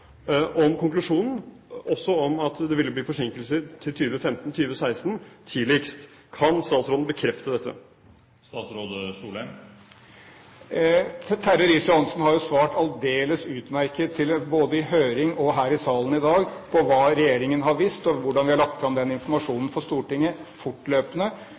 om konklusjonen, også om at det ville bli forsinkelser til 2015–2016, tidligst. Kan statsråden bekrefte dette? Terje Riis-Johansen har jo svart aldeles utmerket både i høring og her i salen i dag på hva regjeringen har visst, hvordan vi har lagt fram den informasjonen for Stortinget fortløpende,